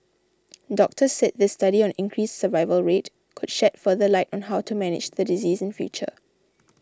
doctors said this study on increased survival rate could shed further light on how to manage the disease in future